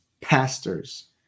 pastors